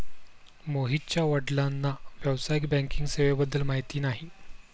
मोहितच्या वडिलांना व्यावसायिक बँकिंग सेवेबद्दल माहिती नाही